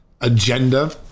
agenda